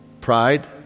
Pride